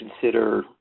consider